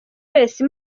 wese